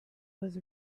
was